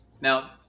Now